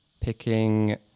Picking